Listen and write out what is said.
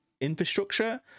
infrastructure